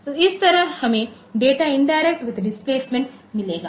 तो इस तरह हमें डाटा इंडिरेक्ट विथ डिस्प्लेसमेंट मिलेगा